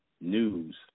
news